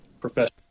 professional